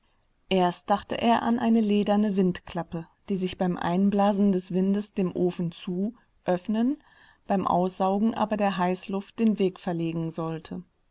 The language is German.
erst dachte er an eine lederne windklappe die sich beim einblasen des windes dem ofen zu öffnen beim aussaugen aber der heißluft den weg verlegen sollte